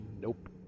Nope